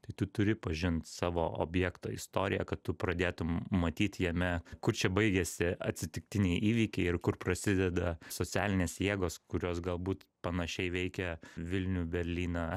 tu turi pažint savo objekto istoriją kad tu pradėtum matyt jame kur čia baigiasi atsitiktiniai įvykiai ir kur prasideda socialinės jėgos kurios galbūt panašiai veikia vilnių berlyną